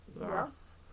Yes